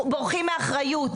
הם בורחים מאחריות.